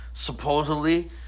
supposedly